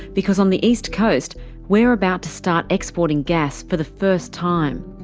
because on the east coast we're about to start exporting gas for the first time.